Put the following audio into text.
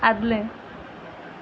आदलें